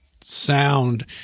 sound